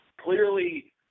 clearly